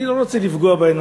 אני לא רוצה לפגוע בהן,